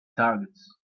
targets